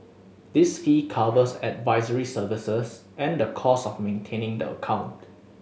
this fee covers advisory services and the costs of maintaining the account